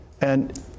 and-